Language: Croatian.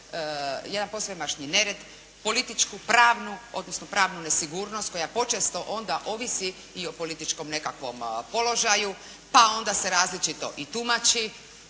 jedan posvemašni nered, političku pravnu odnosno pravnu nesigurnost koja počesto onda ovisi i o političkom nekakvom položaju, pa onda se različito i tumači